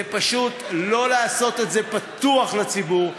זה פשוט לא לעשות את זה פתוח לציבור,